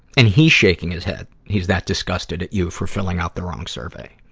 and he's shaking his head, he's that disgusted at you for filling out the wrong survey.